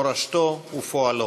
מורשתו ופועלו.